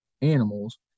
animals